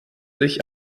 sich